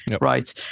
right